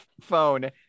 phone